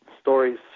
stories